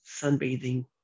sunbathing